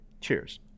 Cheers